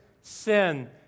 sin